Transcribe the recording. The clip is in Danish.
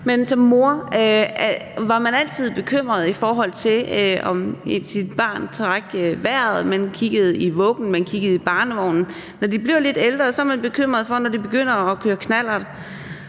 og som mor var man altid bekymret, i forhold til om ens barn trak vejret. Man kiggede i vuggen, og man kiggede i barnevognen. Da de blev lidt ældre, var man bekymret, fordi de begyndte at køre knallert,